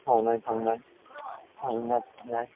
मावनाय दांनाय आरो ना सारनाय